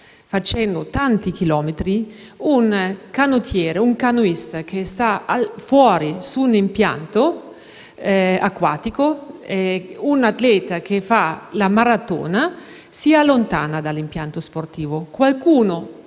facendo tanti chilometri, a un canottiere e a un canoista che si trovano fuori dell'impianto acquatico o a un atleta che fa la maratona e si allontana dall'impianto sportivo. Qualcuno